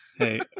Hey